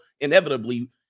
inevitably